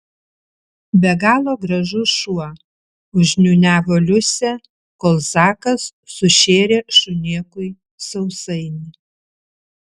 be galo gražus šuo užniūniavo liusė kol zakas sušėrė šunėkui sausainį